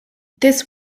this